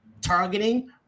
targeting